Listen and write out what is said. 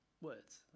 words